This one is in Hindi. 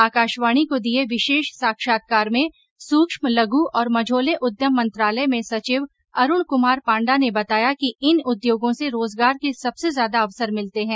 आकाशवाणी को दिये विशेष साक्षात्कार में सुक्ष्म लघ् और मझोले उद्यम मंत्रालय में सचिव अरुण क्मार पांडा ने बताया कि इन उद्योगों से रोजगार के सबसे ज्यादा अवसर मिलते हैं